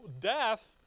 death